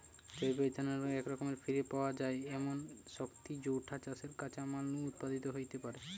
জৈব ইথানল একরকম ফিরে পাওয়া যায় এমনি শক্তি যৌটা চাষের কাঁচামাল নু উৎপাদিত হেইতে পারে